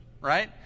right